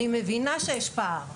אני מבינה שיש פער,